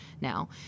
now